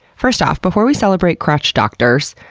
first off, before we celebrate crotch doctors,